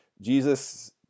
jesus